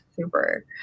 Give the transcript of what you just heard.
Super